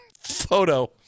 photo